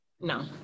no